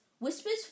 Whispers